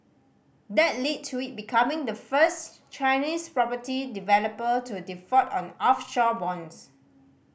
that lead to it becoming the first Chinese property developer to default on offshore bonds